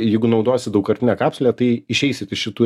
jeigu naudosit daugkartinę kapsulę tai išeisit iš šitų